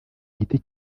giti